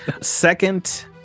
Second